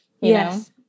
Yes